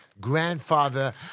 grandfather